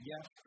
yes